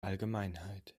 allgemeinheit